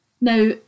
Now